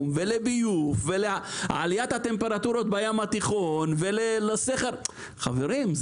ולביוב ולעליית הטמפרטורות בים התיכון ולסכר אסואן חברים,